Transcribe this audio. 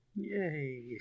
Yay